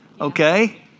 okay